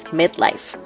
midlife